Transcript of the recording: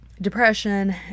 depression